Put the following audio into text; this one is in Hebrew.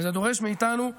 וזה דורש מאיתנו אחריות.